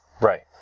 Right